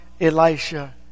Elisha